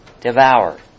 devour